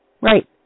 Right